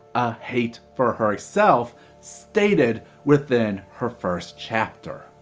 a hate for herself stated within her first chapter,